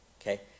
Okay